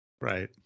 Right